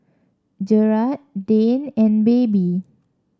Jerad Dane and Baby